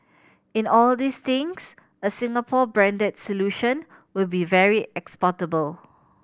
in all these things a Singapore branded solution will be very exportable